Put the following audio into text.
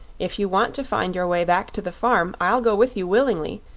if you want to find your way back to the farm i'll go with you willingly,